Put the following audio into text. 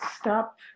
Stop